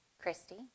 Christy